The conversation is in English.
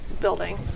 Building